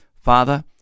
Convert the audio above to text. Father